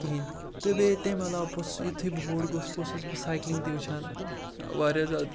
کِہیٖنۍ تہٕ بیٚیہِ تَمہِ علاوٕ پوٚتُس یُتھُے بہٕ بوٚڑ گووُس بہٕ اوسُس سایکٕلِنٛگ تہِ وٕچھان واریاہ زیادٕ